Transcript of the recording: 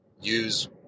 use